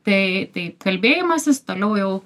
tai tai kalbėjimasis toliau jau